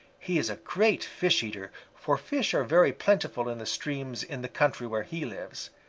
he is a great fish eater, for fish are very plentiful in the streams in the country where he lives.